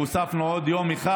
והוספנו עוד יום אחד.